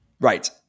Right